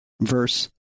verse